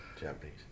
Japanese